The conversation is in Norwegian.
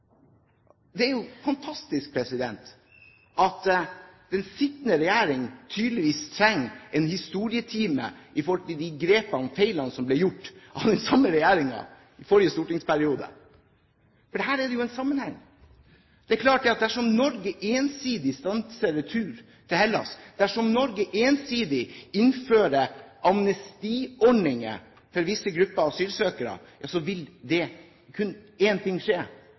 Det er jo fantastisk at den sittende regjering tydeligvis trenger en historietime i forhold til grepene og feilene som ble gjort av den samme regjeringen i forrige stortingsperiode. For her er det jo en sammenheng. Det er klart at dersom Norge ensidig stanser retur til Hellas, og dersom Norge ensidig innfører amnestiordninger for visse grupper asylsøkere, vil kun én ting skje,